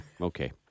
Okay